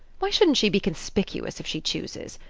why shouldn't she be conspicuous if she chooses?